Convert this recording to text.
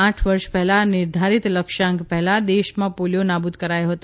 આઠ વર્ષ પહેલા નિર્ધારીત લક્ષ્યાંક પહેલા દેશમાં પોલીયો નાબુદ કરાયો હતો